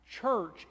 church